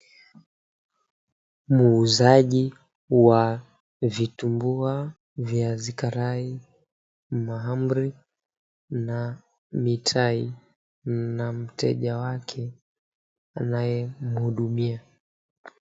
Muuzaji wa vitumbua, viazi karai, mahmri na mitai na mteja wake anayemhudumia